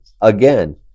again